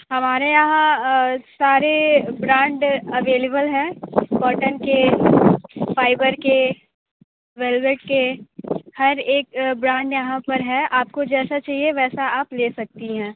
हमारे यहाँ सारे ब्रांड अवेलेबल हैं कॉटन के फाइबर के वेलवेट के हर एक ब्रांड यहाँ पर है आपको जैसा चाहिए वैसा आप ले सकती हैं